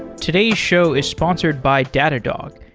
today's show is sponsored by datadog,